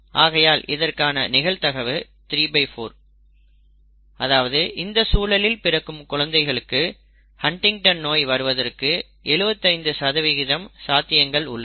ஆகையால் இதற்கான நிகழ்தகவு 34 அதாவது இந்த சூழலில் பிறக்கும் குழந்தைக்கு ஹன்டிங்டன் நோய் வருவதற்கு 75 சாத்தியங்கள் உள்ளது